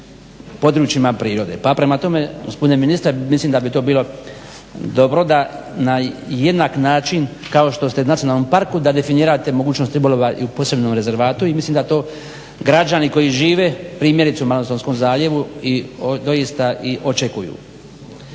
Pa prema tome, gospodine ministre mislim da bi to bilo dobro da na jednak način kao što ste nacionalnom parku, da definirate mogućnost ribolova i u posebnom rezervatu. I mislim da to građani koji žive, primjerice u Malostonskom zaljevu doista i očekuju.